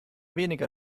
weniger